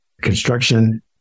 construction